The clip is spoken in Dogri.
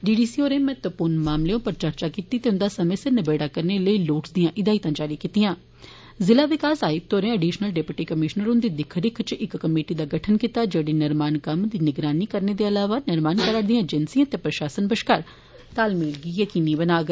डी डी सी होरें महत्वपूर्ण मामलें उप्पर चर्चा कीती ते उन्दा समें सिर नबेड़ा करने लेई लोड़चदियां हिदायतां जारी कीतियां ज़िला विकास आयुक्त होरें अडिशनल डिप्टी कमीश्नर हुन्दी दिक्ख रिक्ख इच इक कमेटी दा गठन कीता जेड़ी निर्माण कम्म दी निगरानी करने दे अलावा निर्माण करा'रदी अजेन्सिए ते प्रशासन बश्कार तालमेल गी यकीनी बनाग